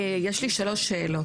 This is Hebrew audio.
יש לי שלוש שאלות.